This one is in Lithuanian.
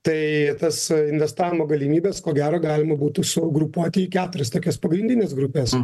tai tas investavimo galimybės ko gero galima būtų sugrupuoti į keturias tokias pagrindines grupes